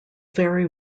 vary